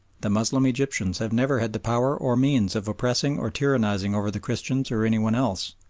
the moslem egyptians have never had the power or means of oppressing or tyrannising over the christians or any one else.